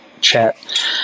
chat